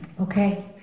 Okay